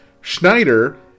Schneider